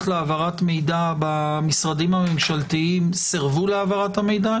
להעברת מידע במשרדים הממשלתיים סירבו להעברת המידע?